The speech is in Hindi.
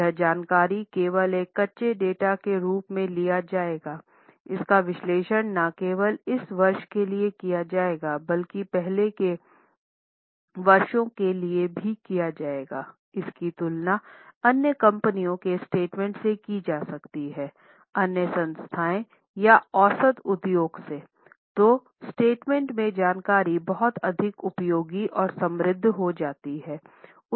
यह जानकारी केवल एक कच्चे डेटा के रूप में लिया जाएगा इसका विश्लेषण न केवल इस वर्ष के लिए किया जाएगा बल्कि पहले के वर्षों के लिए इसकी तुलना अन्य कंपनियों के स्टेटमेंट से की जा सकती है अन्य संस्थाएं या औसत उद्योग से तो स्टेटमेंट में जानकारी बहुत अधिक उपयोगी और समृद्ध हो जाती है